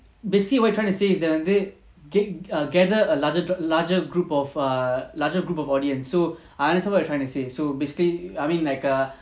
basically what you are trying to say is இதுவந்து:idhu vandhu err gather a larger a larger group of a larger group of audience so I understand what you are trying to say so basically I mean like err